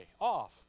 off